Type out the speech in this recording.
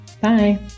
Bye